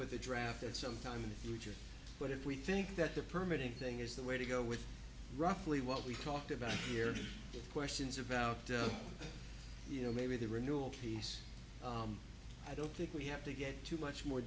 with a draft at some time in the future but if we think that the permanent thing is the way to go with roughly what we talked about here questions about you know maybe the renewal piece i don't think we have to get to much more